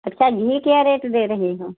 अच्छा घी क्या रेट दे रही हो